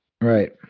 Right